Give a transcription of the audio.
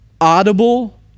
audible